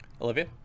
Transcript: Olivia